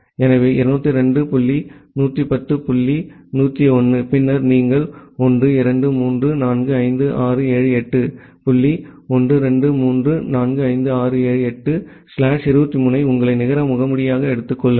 எனவே 202 dot 110 dot 1 0 1 பின்னர் நீங்கள் 1 2 3 4 5 6 7 8 டாட் 1 2 3 4 5 6 7 8 ஸ்லாஷ் 23 ஐ உங்கள் நிகர முகமூடியாக எடுத்துக் கொள்ளுங்கள்